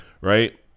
Right